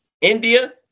India